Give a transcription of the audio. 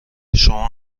شما